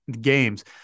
games